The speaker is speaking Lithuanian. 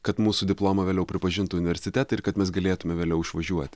kad mūsų diplomą vėliau pripažintų universitetai ir kad mes galėtume vėliau išvažiuoti